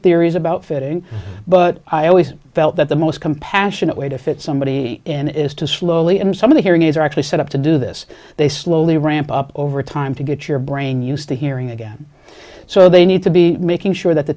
theories about fitting but i always felt that the most compassionate way to fit somebody in is to slowly and some of the hearing aids are actually set up to do this they slowly ramp up over time to get your brain used to hearing again so they need to be making sure that the